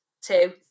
two